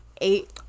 eight